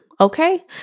Okay